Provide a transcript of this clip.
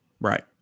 Right